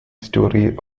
story